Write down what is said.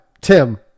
tim